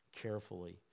carefully